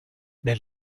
nel